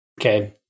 Okay